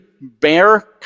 bear